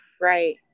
Right